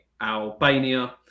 Albania